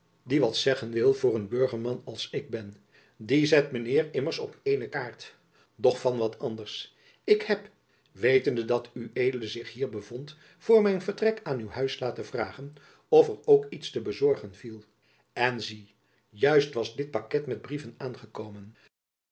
die wat zeggen wil voor een burgerman als ik ben dien zet mijn heer immers op eene kaart doch van wat anders ik heb wetende dat ued zich hier bevond voor mijn vertrek aan uw huis laten vragen of er ook iets te bezorgen viel en zie juist was dit paket met brieven aangekomen